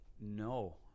No